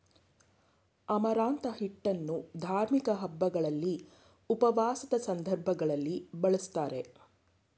amaranth ಹಿಟ್ಟನ್ನು ಧಾರ್ಮಿಕ ಹಬ್ಬಗಳಲ್ಲಿ, ಉಪವಾಸದ ಸಂದರ್ಭಗಳಲ್ಲಿ ಬಳ್ಸತ್ತರೆ